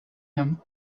him